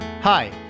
Hi